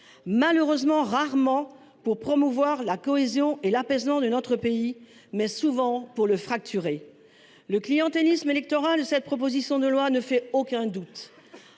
malheureusement rarement pour promouvoir la cohésion et l’apaisement de notre pays et souvent pour le fracturer. Le clientélisme électoral qui sous tend cette proposition de loi ne fait aucun doute.